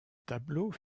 tableau